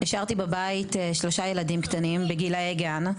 השארתי בבית שלושה ילדים קטנים בגילאי גן,